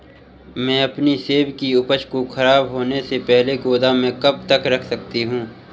मैं अपनी सेब की उपज को ख़राब होने से पहले गोदाम में कब तक रख सकती हूँ?